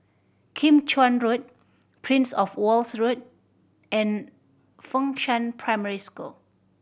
Kim Chuan Road Prince Of Wales Road and Fengshan Primary School